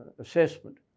assessment